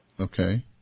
Okay